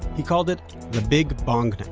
he called it the big bong